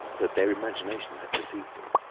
that their imagination had deceived them.